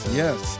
yes